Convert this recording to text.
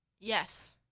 Yes